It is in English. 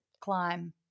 climb